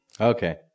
Okay